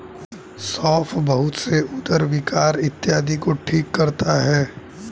सौंफ बहुत से उदर विकार इत्यादि को ठीक करता है